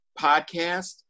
podcast